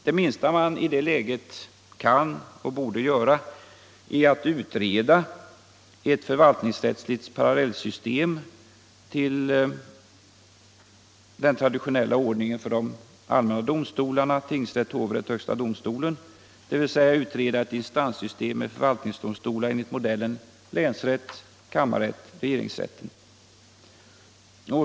Det minsta man i det läget kan och bör göra är att utreda ett förvaltningsrättsligt parallellsystem till den traditionella ordningen för de allmänna domstolarna, tingsrätt-hovrätt-högsta domstolen, dvs. att utreda ett instanssystem med förvaltningsdomstolar enligt modellen länsrätt-kammarrätt-regeringsrätten.